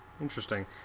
Interesting